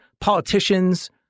politicians